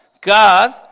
God